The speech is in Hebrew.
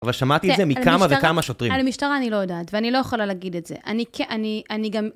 אבל שמעתי את זה מכמה וכמה שוטרים. על המשטרה אני לא יודעת, ואני לא יכולה להגיד את זה. אני כן... אני גם...